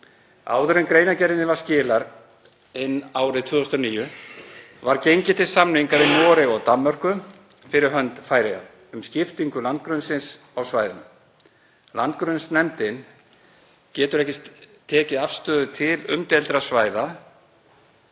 Áður en greinargerðinni var skilað inn árið 2009 var gengið til samninga við Noreg og Danmörku, fyrir hönd Færeyja, um skiptingu landgrunnsins á svæðinu. Landgrunnsnefndin getur ekki tekið afstöðu til umdeildra svæða